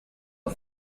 een